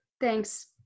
Thanks